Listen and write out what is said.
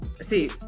See